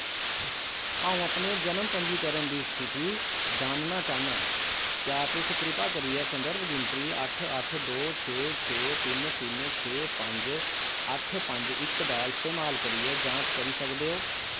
अ'ऊं अपने जन्म पंजीकरण दी स्थिति जानना चाह्न्नां क्या तुस किरपा करियै संदर्भ गिनतरी अट्ठ अट्ठ दो छे छे तिन्न तिन्न छे पंज अट्ठ पंज इक दा इस्तेमाल करियै जांच करी सकदे ओ